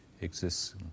exists